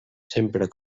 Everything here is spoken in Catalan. sempre